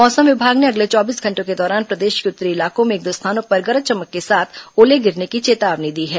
मौसम विभाग ने अगले चौबीस घंटों के दौरान प्रदेश के उत्तरी इलाकों में एक दो स्थानों पर गरज चमक के साथ ओले गिरने की चेतावनी दी है